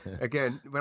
again